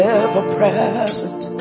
ever-present